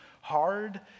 hard